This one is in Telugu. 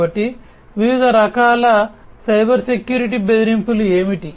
కాబట్టి వివిధ రకాల సైబర్ సెక్యూరిటీ బెదిరింపులు ఏమిటి